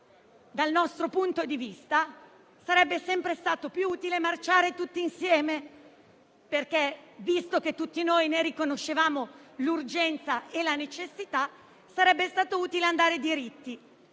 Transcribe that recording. Dal nostro punto di vista sarebbe stato più utile marciare tutti insieme; visto che tutti noi ne riconoscevamo l'urgenza e la necessità, sarebbe stato utile andare diritti.